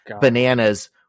bananas